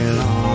long